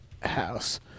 house